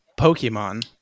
Pokemon